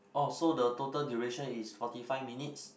oh so the total duration is forty five minutes